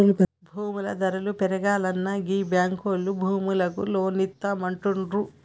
భూముల ధరలు పెరుగాల్ననా గీ బాంకులోల్లు భూములకు లోన్లిత్తమంటుండ్రు